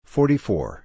Forty-four